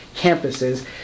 campuses